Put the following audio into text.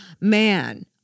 man